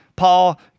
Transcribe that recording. Paul